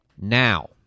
Now